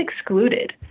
excluded